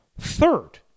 third